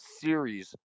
series